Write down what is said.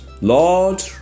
Lord